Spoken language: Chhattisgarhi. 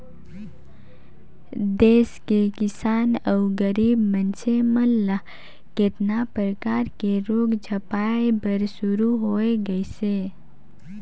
देस के किसान अउ गरीब मइनसे मन ल केतना परकर के रोग झपाए बर शुरू होय गइसे